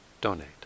donate